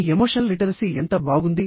మీ emotional literacy ఎంత బాగుంది